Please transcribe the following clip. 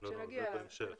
נגיע אליו.